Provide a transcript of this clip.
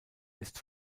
ist